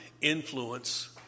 influence